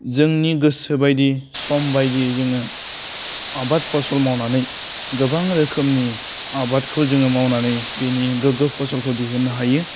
जोंनि गोसोबायदि सम बायदियै जोङो आबाद फसल मावनानै गोबां रोखोमनि आबादखौ जोङो मावनानै बिनि गोग्गो फसलखौ दिहुन्नो हायो